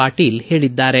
ಪಾಟೀಲ್ ಹೇಳಿದ್ದಾರೆ